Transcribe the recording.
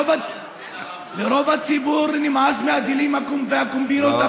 לרוב הציבור נמאס מהדילים והקומבינות,